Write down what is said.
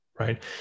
right